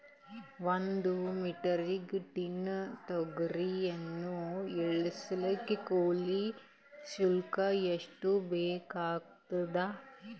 ಒಂದು metric tonne ತೊಗರಿಯನ್ನು ಇಳಿಸಲು ಕೂಲಿ ಶುಲ್ಕ ಎಷ್ಟು ಬೇಕಾಗತದಾ?